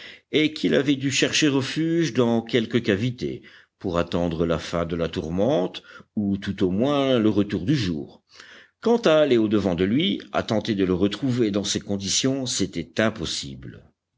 et qu'il avait dû chercher refuge dans quelque cavité pour attendre la fin de la tourmente ou tout au moins le retour du jour quant à aller au-devant de lui à tenter de le retrouver dans ces conditions c'était impossible